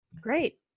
Great